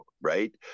right